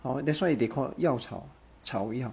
hor that's why they call 药草草药